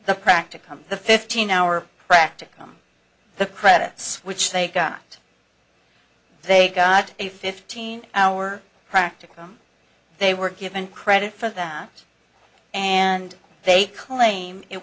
the practicum the fifteen hour practicum the credits which they got they got a fifteen hour practicum they were given credit for that and they claim it